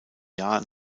jahr